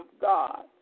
God